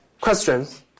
questions